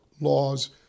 laws